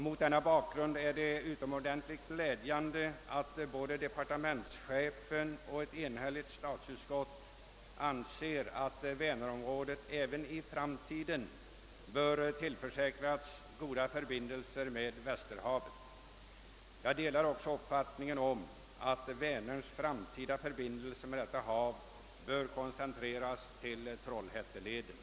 Mot denna bakgrund är det utomordentligt glädjande att både departementschefen och ett enhälligt statsutskott anser att Vänerområdet även i framtiden bör tillförsäkras goda förbindelser med Västerhavet. Jag delar också uppfattningen att Vänerns framtida förbindelser med detta hav bör koncentreras till Trollhätteleden.